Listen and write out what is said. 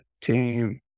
team